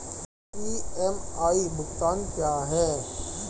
EMI भुगतान क्या है?